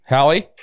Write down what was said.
Hallie